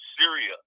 syria